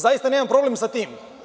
Zaista ja nemam problem sa tim.